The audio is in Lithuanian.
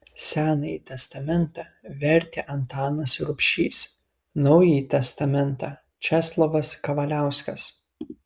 senąjį testamentą vertė antanas rubšys naująjį testamentą česlovas kavaliauskas